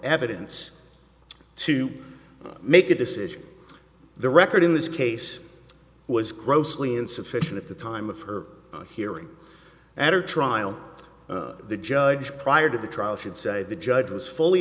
evidence to make a decision the record in this case was grossly insufficient at the time of her hearing after trial the judge prior to the trial should say the judge was fully